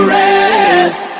rest